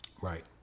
Right